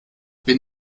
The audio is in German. bin